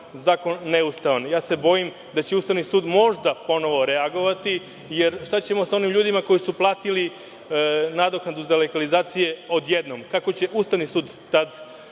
zakon neustavan. Bojim se da će Ustavni sud možda ponovo reagovati, jer šta ćemo sa onim ljudima koji su platili nadoknadu za legalizaciju odjednom. Kako će Ustavni sud tada